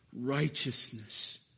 righteousness